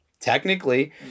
Technically